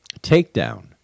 takedown